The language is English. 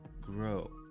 grow